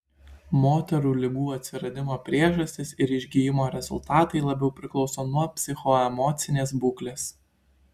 moterų ligų atsiradimo priežastys ir išgijimo rezultatai labiau priklauso nuo psichoemocinės būklės